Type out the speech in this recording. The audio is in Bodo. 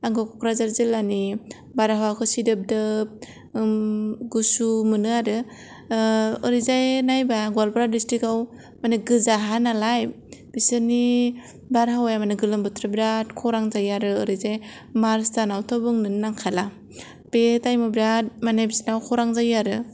आंखौ क'क्राझार जिल्लानि बारहावाखौ सिदोब दोब गुसु मोनो आरो ओरैजाय नायबा गलपारा डिस्ट्रिक्ट आव माने गोजा हा नालाय बिसोरनि बारहावाया मानि गोलोम बोथोराव बिराद खरां जायो आरो ओरैजाय मार्च दानाव थ' बुंनोनो नांखाला बे टाइमाव बेराद मानि बिसिनाव खरां जायो आरो